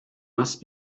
must